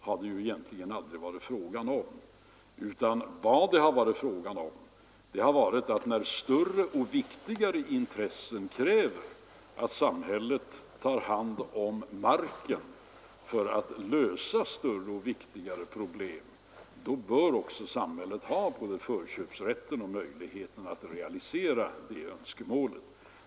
har det egentligen aldrig varit fråga om, utan vad det varit fråga om är att när större och viktigare intressen kräver att samhället tar hand om marken för att lösa större och viktigare problem, då bör också samhället ha både förköpsrätten och möjligheten att realisera dessa önskemål.